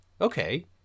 okay